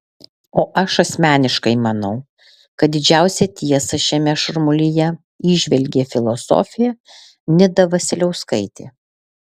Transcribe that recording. o aš asmeniškai manau kad didžiausią tiesą šiame šurmulyje įžvelgė filosofė nida vasiliauskaitė